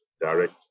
direct